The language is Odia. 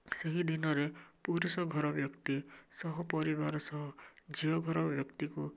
ସେହି ଦିନରେ ପୁରୁଷ ଘର ବ୍ୟକ୍ତି ସହ ପରିବାର ସହ ଝିଅ ଘର ବ୍ୟକ୍ତିକୁ